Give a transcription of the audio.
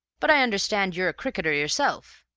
but i understand you're a cricketer yourself?